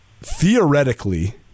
Theoretically